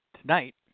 tonight